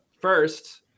first